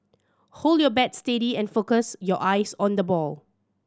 hold your bat steady and focus your eyes on the ball